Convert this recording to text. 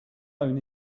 own